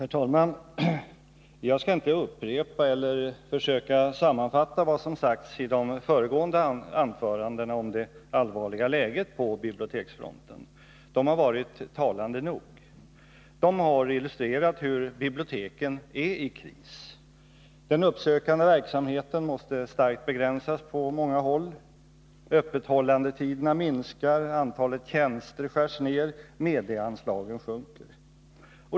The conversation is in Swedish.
Herr talman! Jag skall inte upprepa eller försöka sammanfatta vad som har sagts i de föregående anförandena om det allvarliga läget på biblioteksfronten. Anförandena har varit talande nog. De har illustrerat hur biblioteken är i kris. Den uppsökande verksamheten måste på många håll starkt begränsas. Öppethållandetiderna blir kortare, antalet tjänster skärs ned, mediaanslagen sjunker.